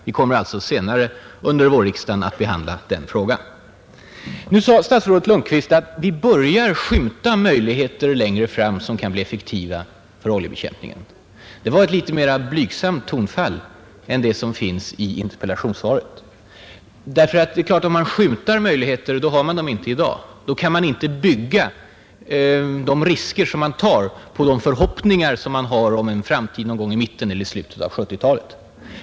Vi kommer alltså senare under vårriksdagen att behandla frågan. Statsrådet Lundkvist sade att vi börjar ”skymta möjligheter” som kan bli effektiva för oljebekämpningen. Det var ett litet mera blygsamt tonfall än det som finns i interpellationssvaret. Ty om man ”skymtar möjligheter” har man dem inte i dag och man kan inte bygga de risker som man tar på förhoppningar om framtiden i mitten eller i slutet av 1970-talet.